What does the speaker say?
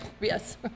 yes